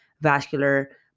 vascular